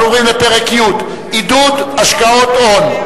אנחנו עוברים לפרק י': עידוד השקעות הון.